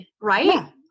right